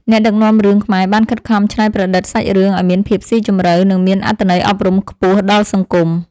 អ្នកដឹកនាំរឿងខ្មែរបានខិតខំច្នៃប្រឌិតសាច់រឿងឱ្យមានភាពស៊ីជម្រៅ និងមានអត្ថន័យអប់រំខ្ពស់ដល់សង្គម។